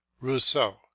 Rousseau